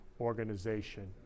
organization